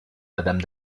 madame